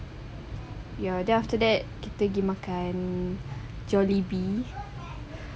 ya then after that kita pergi makan jollibee